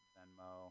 Venmo